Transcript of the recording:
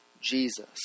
Jesus